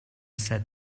said